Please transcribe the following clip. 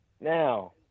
Now